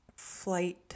flight